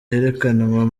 yerekanwa